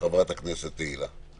חברת הכנסת תהלה פרידמן.